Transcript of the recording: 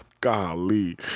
golly